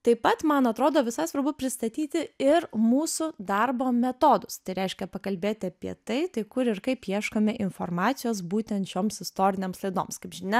taip pat man atrodo visai svarbu pristatyti ir mūsų darbo metodus tai reiškia pakalbėti apie tai tai kur ir kaip ieškome informacijos būtent šioms istorinėms laidoms kaip žinia